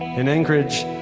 in anchorage,